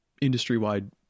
industry-wide